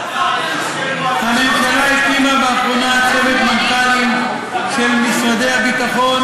הממשלה הקימה באחרונה צוות מנכ"לים של משרדי הביטחון,